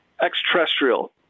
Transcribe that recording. extraterrestrial